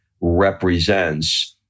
represents